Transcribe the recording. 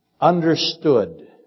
Understood